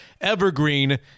Evergreen